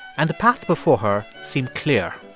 and the path before her seemed clear